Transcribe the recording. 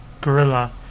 gorilla